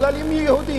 בגלל שהם יהודים.